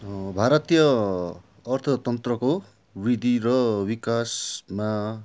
भारतीय अर्थतन्त्रको वृद्धि र विकासमा